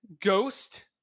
Ghost